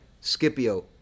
Scipio